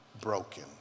broken